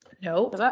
No